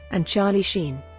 and charlie sheen.